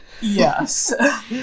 Yes